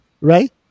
Right